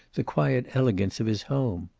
the quiet elegance of his home.